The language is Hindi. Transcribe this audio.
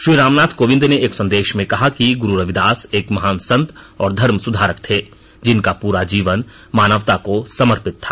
श्री रामनाथ कोविंद ने एक संदेश में कहा कि गुरु रविदास एक महान संत और धर्म सुधारक थे जिनका पूरा जीवन मानवता को समर्पित था